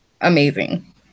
amazing